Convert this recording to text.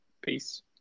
Peace